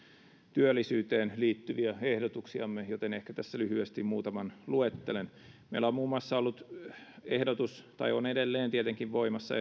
työllisyyteen liittyviä ehdotuksiamme ehkä tässä lyhyesti muutaman luettelen meillä on ollut muun muassa ehdotus tai ehdotuksemme on tietenkin edelleen voimassa